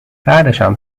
بعدشم